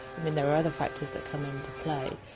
i mean, there are other factors that come into play,